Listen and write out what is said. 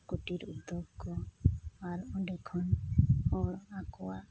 ᱠᱳᱴᱤᱨ ᱩᱫᱽᱫᱳᱜ ᱠᱚ ᱟᱨ ᱚᱸᱰᱮ ᱠᱷᱚᱱ ᱦᱚᱲ ᱟᱠᱚᱣᱟᱜ